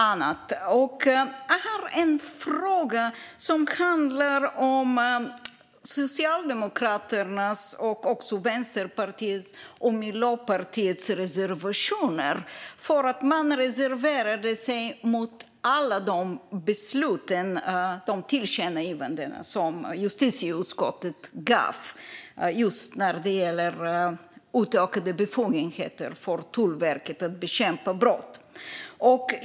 Min fråga handlar om Socialdemokraternas, Vänsterpartiets och Miljöpartiets reservationer eftersom de reserverade sig mot alla de tillkännagivanden som utskottet gjorde vad gällde utökade befogenheter för Tullverket att bekämpa brott.